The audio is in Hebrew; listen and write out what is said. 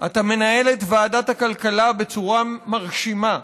אתה מנהל את ועדת הכלכלה בצורה מרשימה,